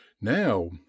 now